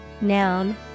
Noun